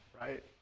right